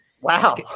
Wow